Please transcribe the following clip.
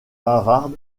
harvard